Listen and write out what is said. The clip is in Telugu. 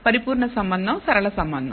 పరిపూర్ణ సంబంధం సరళ సంబంధం